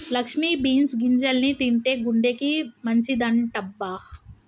Lakshmi beans గింజల్ని తింటే గుండెకి మంచిదంటబ్బ